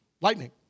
lightning